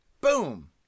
Boom